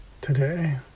today